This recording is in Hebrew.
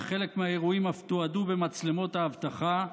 וחלק מהאירועים אף תועדו במצלמות האבטחה.